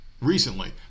recently